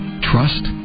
Trust